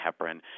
heparin